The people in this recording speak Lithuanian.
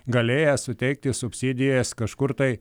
galėję suteikti subsidijas kažkur tai